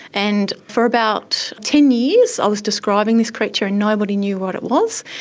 and for about ten years i was describing this creature and nobody knew what it was.